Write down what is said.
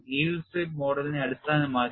Yield strip മോഡലിനെ അടിസ്ഥാനമാക്കി